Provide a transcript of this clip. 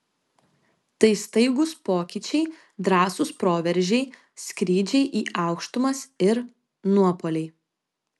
tai staigūs pokyčiai drąsūs proveržiai skrydžiai į aukštumas ir nuopuoliai